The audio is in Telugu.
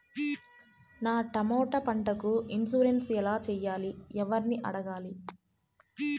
నా టమోటా పంటకు ఇన్సూరెన్సు ఎలా చెయ్యాలి? ఎవర్ని అడగాలి?